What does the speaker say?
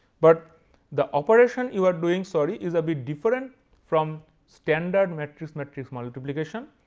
but the operation you are doing, sorry, is a bit different from standard matrix, matrix multiplication.